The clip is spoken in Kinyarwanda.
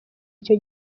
icyo